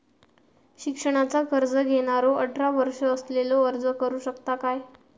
शिक्षणाचा कर्ज घेणारो अठरा वर्ष असलेलो अर्ज करू शकता काय?